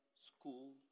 school